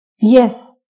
Yes